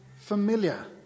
familiar